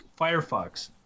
firefox